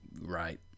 Right